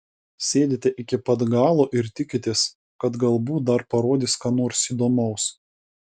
sėdite iki pat galo ir tikitės kad galbūt dar parodys ką nors įdomaus